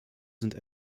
sind